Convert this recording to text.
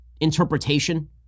interpretation